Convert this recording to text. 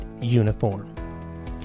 uniform